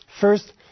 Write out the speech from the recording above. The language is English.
First